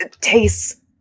tastes